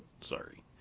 sorry